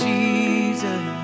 Jesus